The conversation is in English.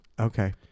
Okay